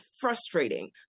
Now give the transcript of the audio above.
frustrating